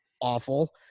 awful